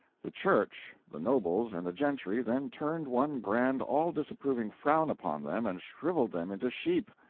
the church, the nobles, and the gentry then turned one grand, all-disapproving frown upon them and shriveled them into sheep!